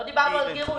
לא דיברנו על גירוש.